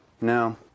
No